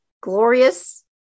Glorious